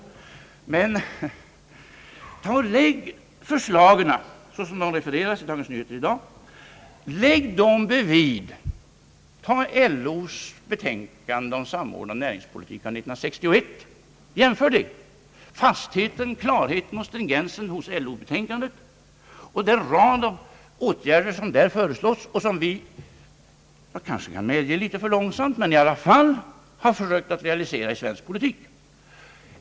Jag vill emellertid säga: Jämför dessa förslag, sådana som de refereras i Dagens Nyheter i dag, med LO:s betänkande av 1961 om samordnad näringspolitik. Observera fastheten, klarheten och stringensen i LO betänkandet och den rad av åtgärder som där föreslås och som vi — jag kanske kan medge litet för långsamt — har försökt realisera i svensk politik!